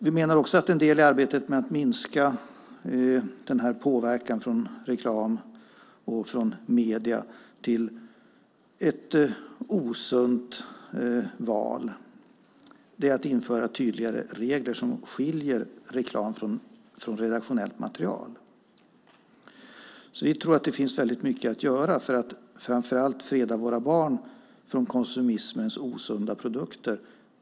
Vi menar också att en del i arbetet med att minska påverkan från reklam och medier till ett osunt val är att införa tydligare regler som skiljer reklam från redaktionellt material. Vi tror att det finns väldigt mycket att göra för att framför allt freda våra barn från konsumismens osunda produkter.